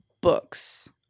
books